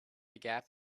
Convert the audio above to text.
gap